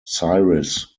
sires